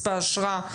מספר אשרה,